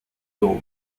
долго